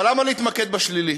אבל למה להתמקד בשלילי?